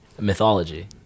Mythology